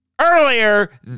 earlier